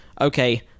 okay